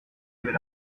avait